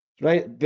right